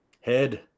Head